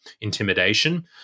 intimidation